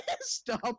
stop